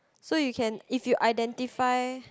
so you can if you identify